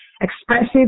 expressive